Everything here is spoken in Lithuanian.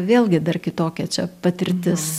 vėlgi dar kitokia čia patirtis